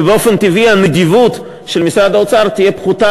ובאופן טבעי הנדיבות של משרד האוצר תהיה פחותה